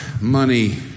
money